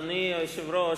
אדוני היושב-ראש,